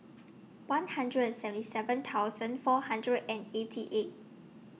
one hundred and seventy seven thousand four hundred and eighty eight